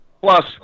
plus